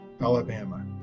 alabama